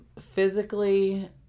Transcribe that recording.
physically